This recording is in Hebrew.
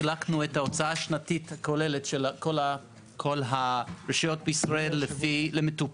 חילקנו את ההוצאה השנתית הכוללת של כל הרשויות בישראל למטופל,